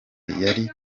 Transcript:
yari